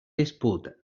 disputa